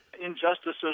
injustices